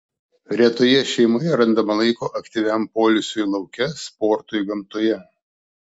retoje šeimoje randama laiko aktyviam poilsiui lauke sportui gamtoje